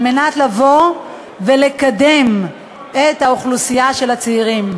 על מנת לבוא ולקדם את האוכלוסייה של הצעירים.